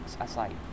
aside